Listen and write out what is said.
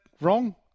wrong